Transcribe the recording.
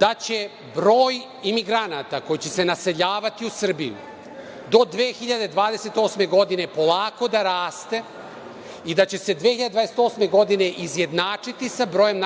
da će broj emigranata koji će se naseljavati u Srbiju do 2028. godine polako da raste i da će se 2028. godine izjednačiti sa brojem